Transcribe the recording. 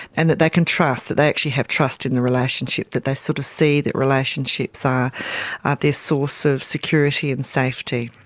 and that they can trust, that they actually have trust in the relationship, that they sort of see that relationships are their source of security and safety.